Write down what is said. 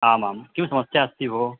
आमां किं समस्या अस्ति भो